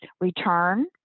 return